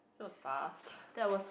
that was fast